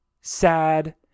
sad